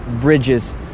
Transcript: bridges